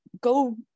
go